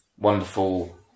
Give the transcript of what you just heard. wonderful